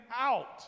out